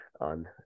on